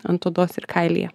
ant odos ir kailyje